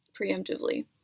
preemptively